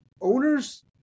owners